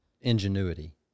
ingenuity